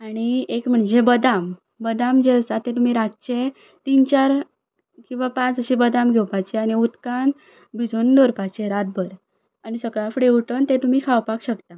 आनी एक म्हणजे बदाम बदाम जे आसा ते तुमी रातचे तीन चार किंवां पांच अशे बदाम घेवपाचे आनी उदकान भिजून दवरपाचे रातभर आनी सकाळ फुडें उठून ते तुमी खावपाक शकता